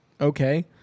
okay